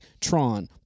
Tron